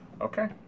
okay